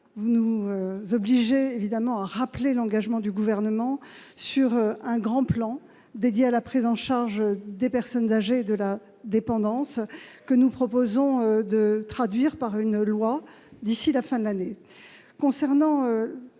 alimentaire. Je tiens à rappeler l'engagement du Gouvernement sur un grand plan dédié à la prise en charge des personnes âgées et de la dépendance, que nous proposons de traduire par une loi d'ici à la fin de l'année.